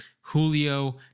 Julio—